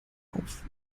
auf